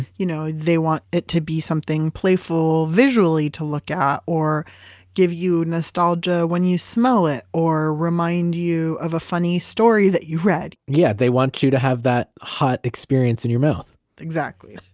you know they want it to be something playful visually to look at, or give you nostalgia when you smell it, or remind you of a funny story that you read yeah they want you to have that hot experience in your mouth exactly.